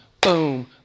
boom